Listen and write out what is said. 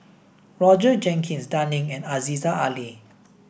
Roger Jenkins Dan Ying and Aziza Ali